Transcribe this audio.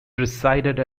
presided